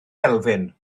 elfyn